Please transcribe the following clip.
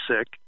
sick